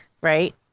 right